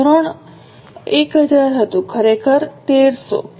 ધોરણ 1000 હતું ખરેખર 1300